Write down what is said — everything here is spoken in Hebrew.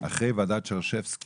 אחרי ועדת שרשרבסקי